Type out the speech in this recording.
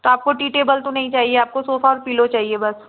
तो आपको tea table तो नहीं चाहिए आपको सोफ़ा और पिलो चाहिए बस